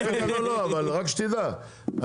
רק שתדע,